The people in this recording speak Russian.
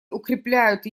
укрепляют